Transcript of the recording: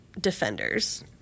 defenders